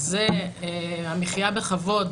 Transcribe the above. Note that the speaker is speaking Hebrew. זה המחייה בכבוד,